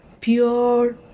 pure